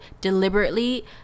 deliberately